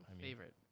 Favorite